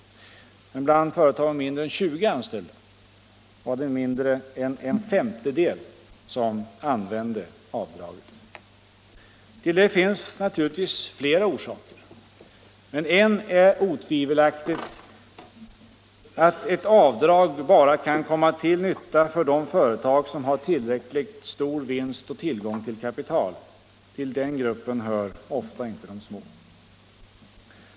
Men bland företag med mindre än 20 anställda var det mindre än en femtedel som använde avdraget. Till detta finns naturligtvis flera orsaker. Men det är otvivelaktigt att ett avdrag bara kan komma till nytta för de företag som har tillräckligt stor vinst och tillgång till kapital. Till den gruppen hör ofta inte de små företagen.